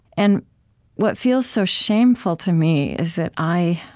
and what feels so shameful, to me, is that i